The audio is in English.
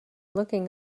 looking